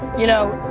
you know,